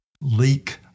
Leak